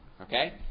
Okay